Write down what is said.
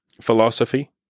philosophy